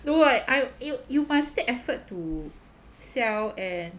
no [what] you you must take effort to sell and